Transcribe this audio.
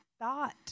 thought